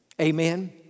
Amen